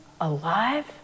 alive